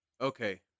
Okay